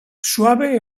suave